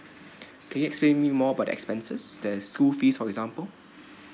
can you explain me more about the expenses the school fees for example